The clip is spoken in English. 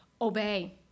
Obey